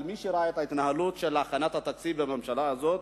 אבל מי שראה את ההתנהלות בהכנת התקציב בממשלה הזאת,